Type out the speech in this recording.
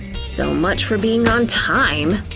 so much for being on time.